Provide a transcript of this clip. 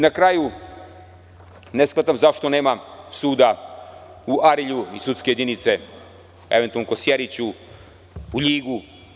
Na kraju, ne shvatam zašto nema suda u Arilju i sudske jedinice u Kosjeriću, u Ljigu?